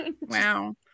wow